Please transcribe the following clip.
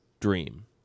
dream